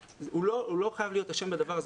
הוא לא חייב להיות אשם בדבר הזה.